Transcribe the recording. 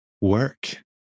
work